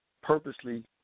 purposely